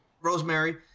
Rosemary